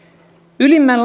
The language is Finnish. ylimmän